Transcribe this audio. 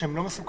שהם לא מסוכנים,